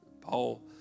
Paul